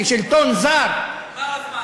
כשליט, כשלטון זר, נגמר הזמן.